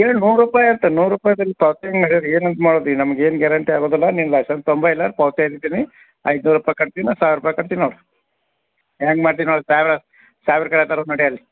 ಏನು ನೂರು ರೂಪಾಯಿ ಎತ್ ನೂರು ರೂಪಾಯಿ ಏನು ಅಂತ ಮಾಡುದ ಈಗ ನಮ್ಗ ಏನು ಗ್ಯಾರಂಟಿ ಆಗುದಿಲ್ಲ ನೀನು ಲೈಸನ್ಸ್ ತೊಗೊಂಬಾ ಇಲ್ಲಾರ ಐದ್ನೂರ ರೂಪಾಯಿ ಕಟ್ತಿ ಇಲ್ಲ ಸಾವಿರ ರೂಪಾಯಿ ಕಟ್ತಿ ನೋಡಿ ಹ್ಯಾಂಗ ಮಾಡ್ತಿ ನೋಡಿ ಸಾಯ್ಬ್ರು ಸಾಯ್ಬ್ರ ಕರಿತಾರೆ ಅಂತ ನಡಿ ಅಲ್ಲಿ